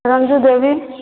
Ranju Devi